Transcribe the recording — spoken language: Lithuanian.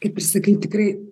kaip ir sakai tikrai